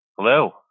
Hello